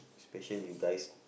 special you guys